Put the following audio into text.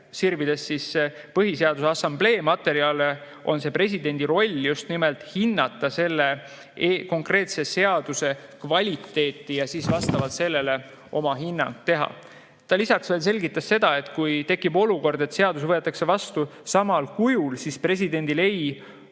sirvides Põhiseaduse Assamblee materjale, on presidendi roll just nimelt hinnata selle konkreetse seaduse kvaliteeti ja siis vastavalt sellele oma hinnang anda. Lisaks ta selgitas seda, et kui tekib olukord, kus seadus võetakse vastu samal kujul, siis presidendil ei pruugi